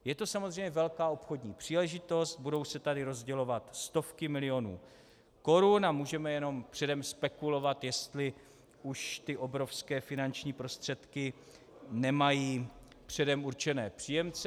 Je to samozřejmě velká obchodní příležitost, budou se tady rozdělovat stovky milionů korun a můžeme jenom předem spekulovat, jestli už ty obrovské finanční prostředky nemají předem určené příjemce.